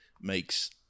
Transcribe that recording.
makes